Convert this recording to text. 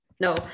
no